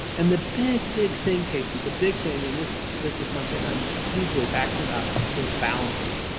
and the big, big thing, casey, the big thing, and this this is something i'm hugely passionate about is balance.